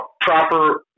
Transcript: proper